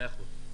מאה אחוז.